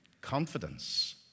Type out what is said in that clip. confidence